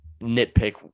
nitpick